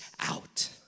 out